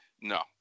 No